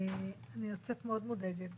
אני יוצאת מאוד מודאגת